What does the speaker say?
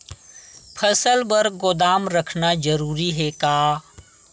फसल बर गोदाम रखना जरूरी हे का?